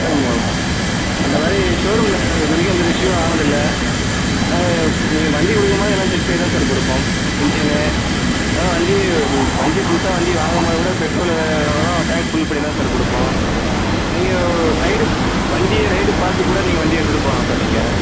sir மொ அந்த மாதிரி ஷோரூமில் இது வரைக்கும் எந்த ஒரு இஷ்யூவும் ஆனது இல்லை அதனால் நீங்கள் வண்டி கொடுக்கும் போது எல்லாம் செக் பண்ணி தான் சார் கொடுப்போம் இன்ஜீனு அதுதான் வண்டி நீங்கள் வண்டி புதுசாக வண்டி வாங்க போது கூட பெட்ரோலு இதை இதெல்லாம் டேங்க் ஃபில் பண்ணி தான் சார் கொடுப்போம் நீங்க ஒரு ரைடு வண்டியை ரைடு பார்த்துக்கூட நீங்கள் வண்டியை எடுத்துகிட்டுப் போகலாம் சார் நீங்கள்